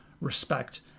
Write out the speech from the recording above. respect